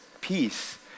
Peace